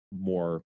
more